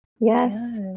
Yes